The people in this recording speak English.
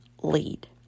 lead